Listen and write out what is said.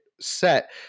Set